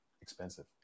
expensive